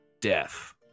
death